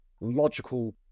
logical